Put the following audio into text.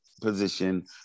position